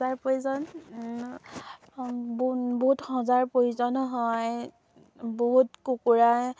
সজাৰ প্ৰয়োজন বহুত সজাৰ প্ৰয়োজন হয় বহুত কুকুৰা